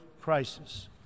crisis